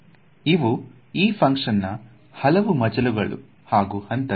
ಇವು ಈ ಫುನಕ್ಷನ್ ನಾ ಹಲವು ಮಜಲು ಹಾಗೂ ಹಂತಗಳು